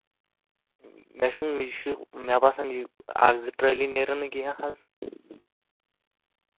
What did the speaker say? مےٚ چھُم یہِ چھِ مےٚ باسان یہِ اَکھ زٕ ٹرٛالی نیرَن نہٕ کینٛہہ حظ